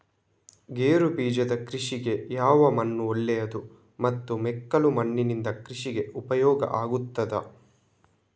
ಗೇರುಬೀಜದ ಕೃಷಿಗೆ ಯಾವ ಮಣ್ಣು ಒಳ್ಳೆಯದು ಮತ್ತು ಮೆಕ್ಕಲು ಮಣ್ಣಿನಿಂದ ಕೃಷಿಗೆ ಉಪಯೋಗ ಆಗುತ್ತದಾ?